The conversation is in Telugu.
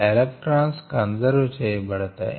ఎలెక్ట్రాన్స్ కంజర్వ్ చేయబడతాయి